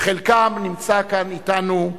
וחלקם נמצא כאן אתנו,